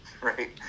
right